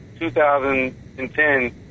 2010